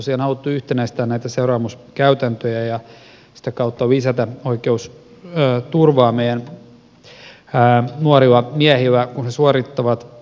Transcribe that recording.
tässä on tosiaan haluttu yhtenäistää näitä seuraamuskäytäntöjä ja sitä kautta lisätä oikeusturvaa meidän nuorille miehille kun he suorittavat tätä palvelusta